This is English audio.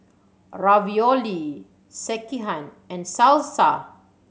Ravioli Sekihan and Salsa